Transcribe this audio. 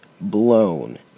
Blown